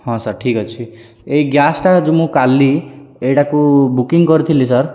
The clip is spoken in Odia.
ହଁ ସାର୍ ଠିକ୍ ଅଛି ଏଇ ଗ୍ୟାସ୍ଟା ଯେଉଁ ମୁଁ କାଲି ଏଇଟାକୁ ବୁକିଂ କରିଥିଲି ସାର୍